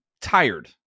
tired